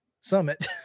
Summit